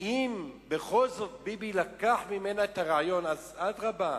ואם בכל זאת ביבי לקח ממנה את הרעיון, אדרבה,